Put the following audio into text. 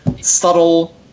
Subtle